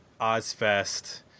Ozfest